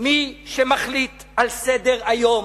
מי שמחליט על סדר-היום